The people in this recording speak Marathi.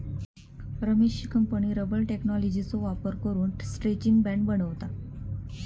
रमेशची कंपनी रबर टेक्नॉलॉजीचो वापर करून स्ट्रैचिंग बँड बनवता